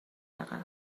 عقب